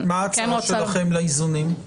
מה ההצעה שלכם לאיזונים,